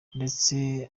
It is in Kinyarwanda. ndetse